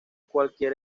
cualquier